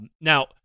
Now